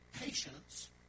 patience